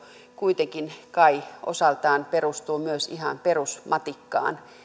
kuitenkin kai osaltaan perustuu myös ihan perusmatikkaan